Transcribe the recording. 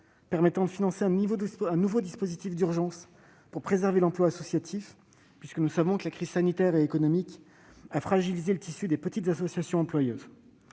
tendant à financer un nouveau dispositif d'urgence pour préserver l'emploi associatif, puisque nous savons que la crise sanitaire et économique a fragilisé le tissu des petites associations employeuses.